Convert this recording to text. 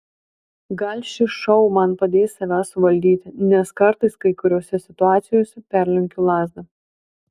gal šis šou man padės save suvaldyti nes kartais kai kuriose situacijose perlenkiu lazdą